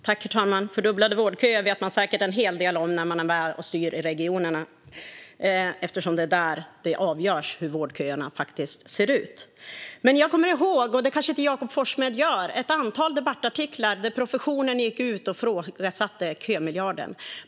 Herr talman! Fördubblade vårdköer vet man säkert en hel del om när man är med och styr i regionerna, eftersom det är där det avgörs hur vårdköerna ser ut. Jag kommer ihåg - det kanske inte Jakob Forssmed gör - ett antal debattartiklar där professionen gick ut och ifrågasatte kömiljarden.